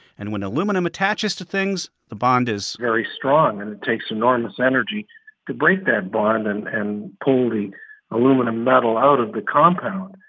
and when aluminum attaches to things, the bond is. very strong. and it takes enormous energy to break that bond and and pull the aluminum metal out of the compound.